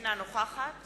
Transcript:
אינה נוכחת